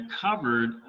covered